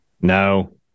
No